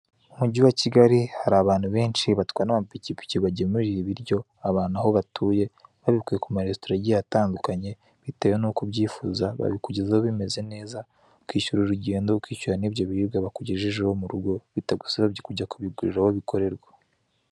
Mu mujyi wa Kigali hari abantu benshi batwara amapikipiki bagemurira ibiryo abantu aho batuye babikuye ku maresitora agiye atandukanye, bitewe nuko ubyifuza babikugezaho bimeze neza ukishyura urugendo ukishyu n'ibyo biribwa bakugejejeho mu rugo bitagusabye kujya kubigurira aho bikorerwa.